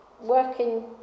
working